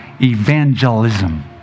evangelism